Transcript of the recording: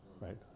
right